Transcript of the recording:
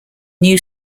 new